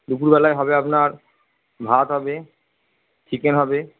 দুপুরবেলায় হবে আপনার ভাত হবে চিকেন হবে